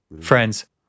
Friends